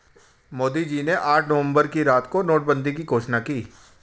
मोदी जी ने आठ नवंबर की रात को नोटबंदी की घोषणा की